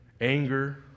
anger